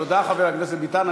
תודה, חבר הכנסת ביטן.